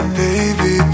baby